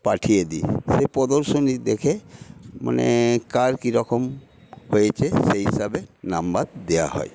পাঠিয়ে দিই সেই প্রদর্শনী দেখে মানে কার কিরকম হয়েছে সেই হিসাবে নম্বর দেওয়া হয়